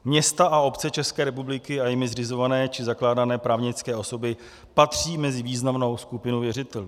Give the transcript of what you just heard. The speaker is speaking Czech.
Města a obce České republiky a jimi zřizované či zakládané právnické osoby patří mezi významnou skupinu věřitelů.